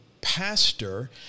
pastor